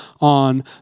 on